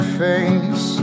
face